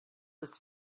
was